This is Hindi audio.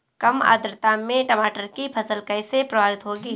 कम आर्द्रता में टमाटर की फसल कैसे प्रभावित होगी?